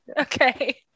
Okay